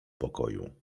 pokoju